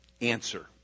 answer